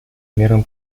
мерам